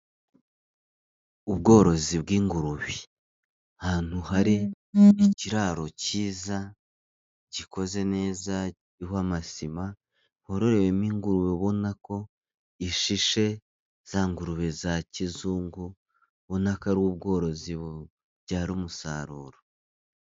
Ubworozi bw'ingurube. Ahantu hari ikiraro cyiza gikoze neza ,kiriho amasima, hororewemo ingurube ubona ko ishishe, za ngurube za kizungu ubona ko ari ubworozi bubyara umusaruro.